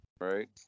Right